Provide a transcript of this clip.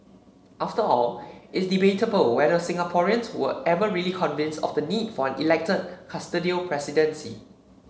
after all it's debatable whether Singaporeans were ever really convinced of the need for an elected custodial presidency